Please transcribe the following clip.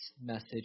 message